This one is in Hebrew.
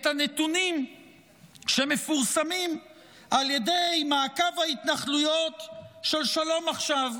את הנתונים שמתפרסמים על ידי מעקב ההתנחלויות של שלום עכשיו.